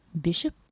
bishop